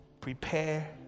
prepare